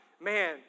man